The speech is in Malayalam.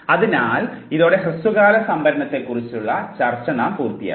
അതിനാൽ ഇതോടെ ഹ്രസ്വകാല സംഭരണത്തെക്കുറിച്ചുള്ള ചർച്ച നാം പൂർത്തിയാക്കി